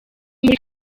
muri